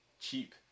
cheap